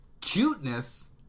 Cuteness